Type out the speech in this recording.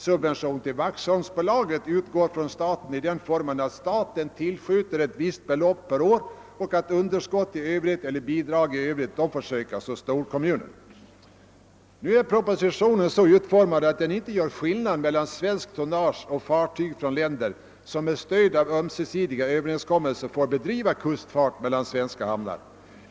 Subvention till Waxholmsbolaget utgår från staten i den formen att staten tillskjuter ett visst belopp per år och att bidrag i övrigt för att täcka underskott på driften får sökas hos storkommunen. Propositionen är så utformad att däri inte görs skillnad mellan svenskt tonnage och fartyg från länder som med stöd av ömsesidiga överenskommelser får bedriva sjöfart mellan svenska hamnar.